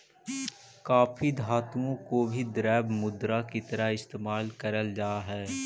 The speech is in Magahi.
काफी धातुओं को भी द्रव्य मुद्रा की तरह इस्तेमाल करल जा हई